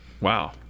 Wow